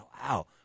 wow